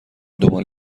دنبال